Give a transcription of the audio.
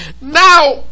now